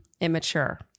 immature